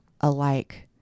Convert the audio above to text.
alike